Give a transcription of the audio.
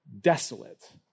desolate